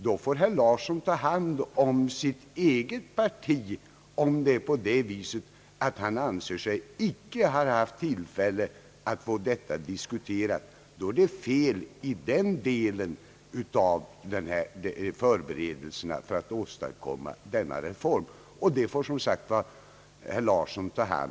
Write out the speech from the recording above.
Herr Larsson får följaktligen vända sig till sitt eget parti om han anser sig icke ha haft tillfälle att få detta spörsmål diskuterat, ty i så fall ligger felet i den delen av förberedelserna till denna reform.